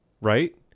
right